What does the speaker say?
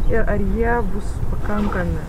ir ar jie bus pakankami